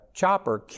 chopper